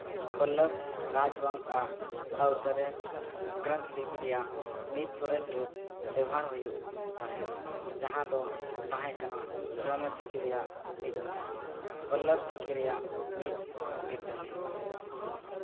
ᱯᱚᱞᱞᱚᱵᱽ ᱨᱟᱡᱽ ᱵᱚᱝᱥᱚ ᱟᱜ ᱟᱣᱛᱟ ᱨᱮ ᱜᱨᱚᱱᱛᱷ ᱞᱤᱯᱤ ᱨᱮᱭᱟᱜ ᱢᱤᱫ ᱥᱚᱨᱮᱥ ᱨᱩᱯ ᱵᱮᱣᱦᱟᱨ ᱦᱩᱭᱩᱜ ᱛᱟᱦᱮᱸᱫ ᱡᱟᱦᱟᱸ ᱫᱚ ᱛᱟᱦᱮᱸᱠᱟᱱᱟ ᱵᱨᱚᱢᱢᱚ ᱪᱤᱠᱤ ᱨᱮᱭᱟᱜ ᱢᱤᱫ ᱦᱩᱱᱟᱹᱨ ᱯᱚᱞᱞᱚᱵᱽ ᱪᱤᱠᱤ ᱨᱮᱭᱟᱜ ᱢᱤᱫ ᱵᱤᱨᱟᱹᱫᱟᱹᱞᱤ